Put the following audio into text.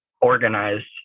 organized